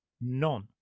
none